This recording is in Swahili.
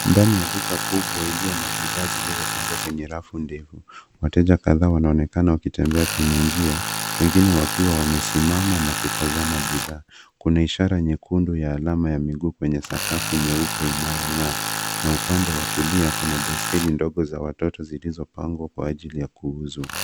Ndani ya duka kubwa iliyo na bidhaa zilizopangwa kwenye rafu ndefu. Wateja kadhaa wanaonekana wakitembea kwenye njia wengine wakiwa wamesimama na kutazama bidhaa. Kuna ishara nyekundu ya alama ya miguu kwenye sakafu nyeupe inayong'aa na upande wa kulia kuna baiskeli ndogo za watoto zilizopangwa kwa ajili ya kuuzwa.